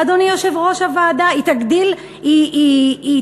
אדוני יושב-ראש הוועדה?